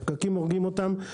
הפקקים הורגים אותם,